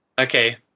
Okay